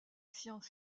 sciences